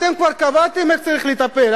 אתם כבר קבעתם איך צריך לטפל.